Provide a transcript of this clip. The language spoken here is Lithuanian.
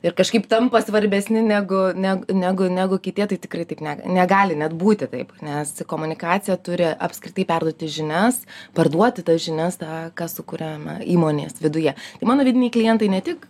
ir kažkaip tampa svarbesni negu ne negu negu kitie tai tikrai taip ne negali net būti taip nes komunikacija turi apskritai perduoti žinias parduoti tas žinias tą kas sukuriama įmonės viduje mano vidiniai klientai ne tik